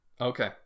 okay